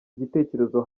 igitekerezo